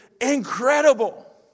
incredible